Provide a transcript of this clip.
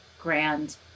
grand